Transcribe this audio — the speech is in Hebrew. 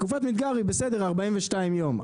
תקופת מדגר היא בסדר 42 ימים,